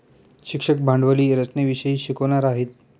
शिक्षक भांडवली रचनेविषयी शिकवणार आहेत